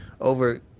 over